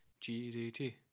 GDT